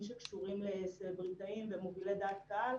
שקשורים לסלבריטאים ומובילי דעת קהל,